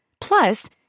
Plus